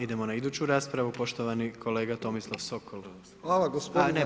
Idemo na iduću raspravu, poštovani kolega Tomislav Sokol.